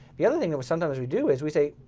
the other thing sometimes we do is we say,